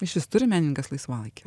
išvis turi menininkas laisvalaikį